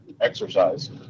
exercise